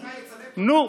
נו,